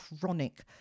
chronic